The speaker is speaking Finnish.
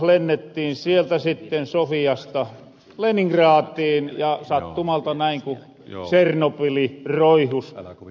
lennettiin sieltä sitten sofiasta leningratiin ja sattumalta näin ku tsernobili roihus täyrellä voimalla